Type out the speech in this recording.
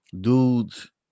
dudes